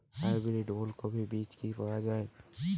Hybrid ওলকফি বীজ কি পাওয়া য়ায়?